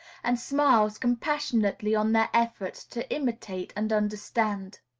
and smiles compassionately on their efforts to imitate and understand